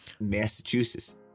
Massachusetts